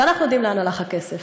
ואנחנו יודעים לאן הלך הכסף.